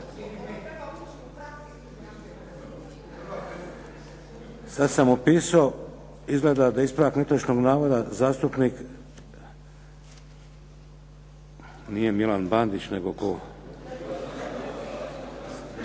Sad sam upisao, izgleda da ispravak netočnog navoda zastupnik, nije Milan Bandić nego tko?